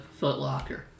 footlocker